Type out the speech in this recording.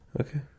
Okay